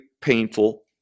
painful